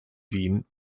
wien